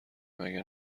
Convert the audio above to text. مگه